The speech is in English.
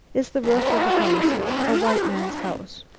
is the roof of a house a white man's house!